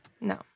No